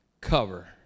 cover